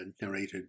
narrated